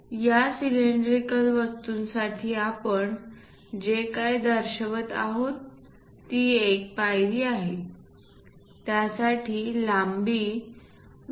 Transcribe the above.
या सिलेंड्रिकल वस्तूंसाठी आपण जे काय दर्शवित आहोत ती एक पायरी आहे त्यासाठी एक लांबी 1